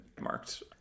marked